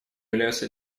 являются